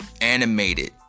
animated